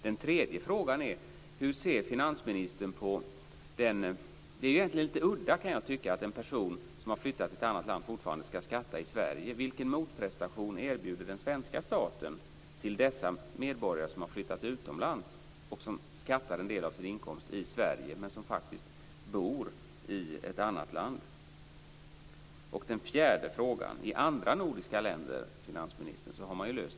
Den tredje frågan är: Hur ser finansministern på det lite udda förhållandet att en person som har flyttat till ett annat land fortfarande ska skatta i Sverige? Vilken motprestation erbjuder den svenska staten till de medborgare som har flyttat till ett annat land och som skattar för en del av sin inkomst i Sverige, men som faktiskt bor utomlands? I andra nordiska länder har man löst problemet på ett annat sätt.